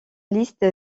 liste